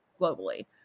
globally